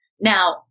Now